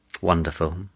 Wonderful